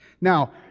Now